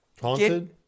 haunted